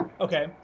okay